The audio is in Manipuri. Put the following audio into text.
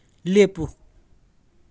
ꯂꯦꯞꯄꯨ